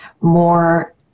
more